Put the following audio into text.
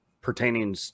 pertaining